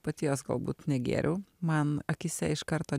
paties galbūt negėriau man akyse iš karto